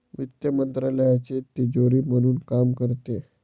वित्त मंत्रालयाची तिजोरी म्हणून काम करते